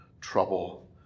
trouble